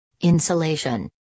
Insulation